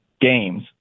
games